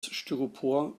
styropor